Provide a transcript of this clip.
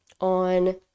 on